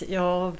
jag